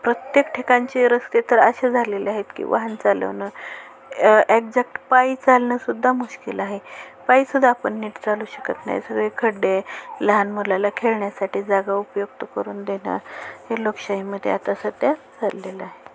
प्रत्येक ठिकणचे रस्ते तर असे झालेले आहेत की वाहन चालवणं एक्झॅक्ट पायी चालणंसुद्धा मुश्किल आहे पायीसुद्धा आपण नीट चालू शकत नाही सगळे खड्डे लहान मुलाला खेळण्यासाठी जागा उपयुक्त करून देणं हे लोकशाहीमध्ये आता सध्या चाललेलं आहे